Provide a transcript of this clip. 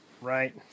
right